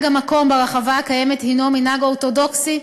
המקום ברחבה הקיימת הנו מנהג אורתודוקסי,